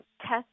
test